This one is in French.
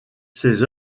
ses